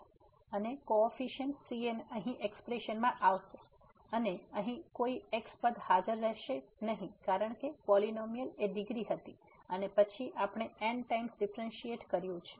છે અને coefficient cn અહીં એક્સપ્રેશનમાં આવશે અને અહીં કોઈ x પદ હાજર રહેશે નહીં કારણ કે પોલીનોમીઅલ એ ડિગ્રી હતી અને પછી આપણે n ટાઈમ્સ ડીફ્રેનસીએટ કર્યું છે